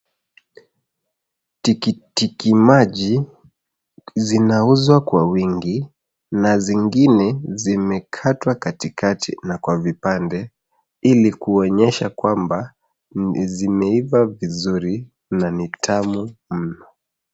Tikitiki maji zinauzwa kwa wingi, na zingine zimekatwa katikati na kwa vipande ili kuonyesha kwamba zimeiva vizuri na ni tamu mno.